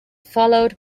followed